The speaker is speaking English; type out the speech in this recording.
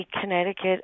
Connecticut